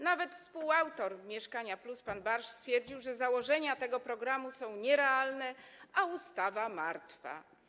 Nawet współautor „Mieszkania+” pan Barszcz stwierdził, że założenia tego programu są nierealne, a ustawa martwa.